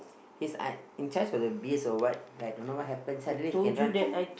he's uh in charge of the biz or what like don't know what happen suddenly he can run